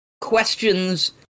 questions